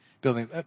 building